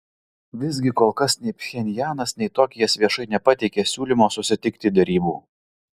visgi kol kas nei pchenjanas nei iš tokijas viešai nepateikė siūlymo susitikti derybų